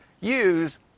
use